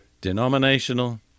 denominational